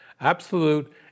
absolute